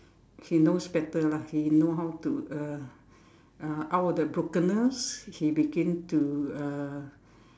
he knows better lah he know how to uh uh out of that brokenness he begin to uh